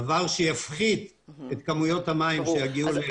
דבר שיפחית את כמויות המים שיגיעו לעיר.